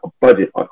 budget